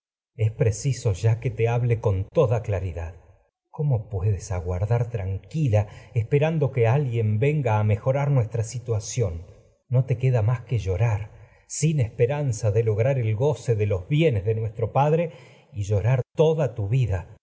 es preciso ya que hable con toda claridad cómo puedes a aguardar nues tranquila esperando tra que alguien venga que mejorar situación no te queda más llorar sin esperanza de lograr el toda tu goce de los bienes de nuestro a padre y y llo go a rar vida